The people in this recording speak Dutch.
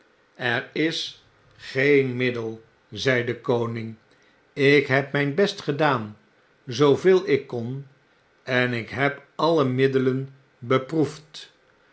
er is geen middel zei de koning jk heb mjjn best gedaan zooveel ik kon en ik heb aiie middelen beproefd